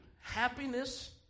Happiness